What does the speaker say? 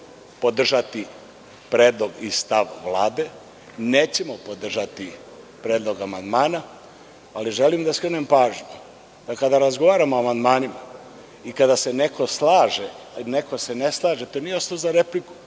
konkretno podržati predlog i stav Vlade, nećemo podržati predlog amandmana, ali želim da skrenem pažnju da kada razgovaramo o amandmanima i kada se neko slaže a neko se ne slaže, to nije osnov za repliku.